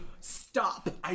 stop